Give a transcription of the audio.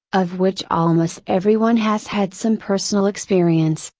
of which almost everyone has had some personal experience,